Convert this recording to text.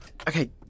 Okay